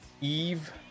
Eve